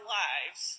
lives